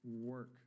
work